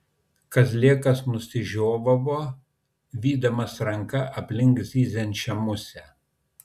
kazlėkas nusižiovavo vydamas ranka aplink zyziančią musę